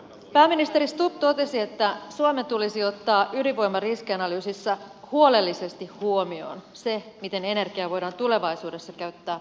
pääministeri stubb totesi että suomen tulisi ottaa ydinvoiman riskianalyysissa huolellisesti huomioon se miten energiaa voidaan tulevaisuudessa käyttää painostuskeinona